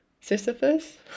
Sisyphus